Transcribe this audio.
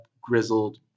grizzled